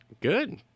Good